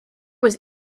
was